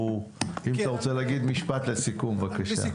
אם אתה רוצה להגיד משפט לסיכום, בבקשה.